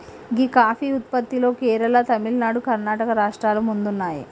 గీ coffee ఉత్పత్తిలో కేరళ, తమిళనాడు, కర్ణాటక రాష్ట్రాలు ముందున్నాయి